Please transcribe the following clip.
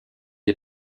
des